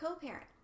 co-parent